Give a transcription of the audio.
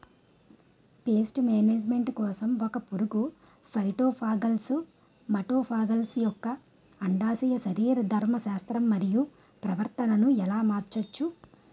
Paste management కోసం ఒక పురుగు ఫైటోఫాగస్హె మటోఫాగస్ యెక్క అండాశయ శరీరధర్మ శాస్త్రం మరియు ప్రవర్తనను ఎలా మార్చచ్చు?